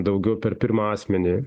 daugiau per pirmą asmenį